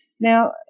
Now